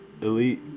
elite